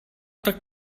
tak